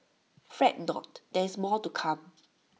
fret not there is more to come